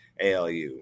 ALU